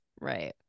right